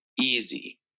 easy